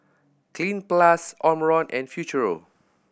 Cleanz Plus Omron and Futuro